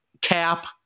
cap